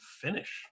finish